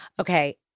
Okay